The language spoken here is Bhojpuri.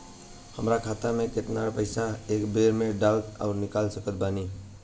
हमार खाता मे केतना पईसा एक बेर मे डाल आऊर निकाल सकत बानी?